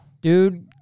dude